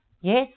Yes